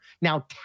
Now